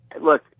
look